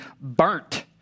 burnt